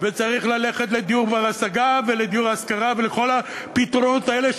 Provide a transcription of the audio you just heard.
וצריך ללכת לדיור בר-השגה ולדיור להשכרה ולכל הפתרונות האלה,